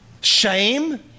shame